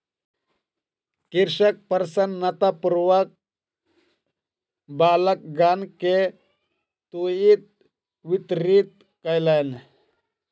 कृषक प्रसन्नतापूर्वक बालकगण के तूईत वितरित कयलैन